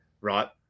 right